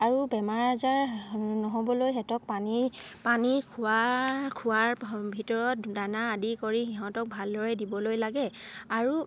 আৰু বেমাৰ আজাৰ নহ'বলৈ সিহঁতক পানী পানী খোৱা খোৱাৰ ভিতৰত দানা আদি কৰি সিহঁতক ভালদৰে দিবলৈ লাগে আৰু